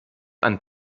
ein